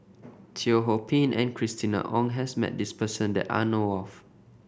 Teo Ho Pin and Christina Ong has met this person that I know of